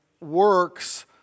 works